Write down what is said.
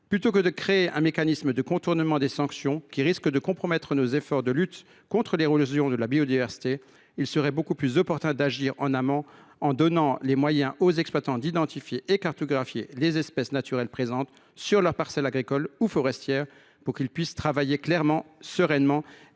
Plutôt que de créer un mécanisme de contournement des sanctions qui risque de compromettre nos efforts de lutte contre l’érosion de la biodiversité, il serait bien plus opportun de donner aux exploitants les moyens d’identifier et de cartographier les espèces naturelles présentes sur leur parcelle agricole ou forestière, pour qu’ils puissent travailler sereinement